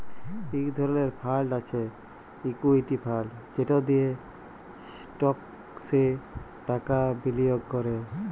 ইক ধরলের ফাল্ড হছে ইকুইটি ফাল্ড যেট দিঁয়ে ইস্টকসে টাকা বিলিয়গ ক্যরে